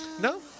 No